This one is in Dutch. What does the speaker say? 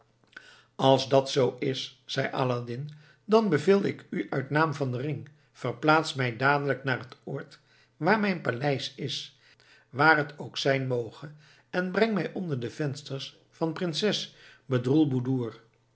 als dat zoo is zei aladdin dan beveel ik u uit naam van den ring verplaats mij dadelijk naar het oord waar mijn paleis is waar het ook zijn moge en breng mij onder de vensters van prinses